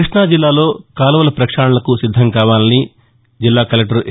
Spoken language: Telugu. క్బస్తో జిల్లాలో కాలువల పక్షాళనకు సిద్దం కావాలని జిల్లా కలెక్టర్ ఎ